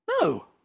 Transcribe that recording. No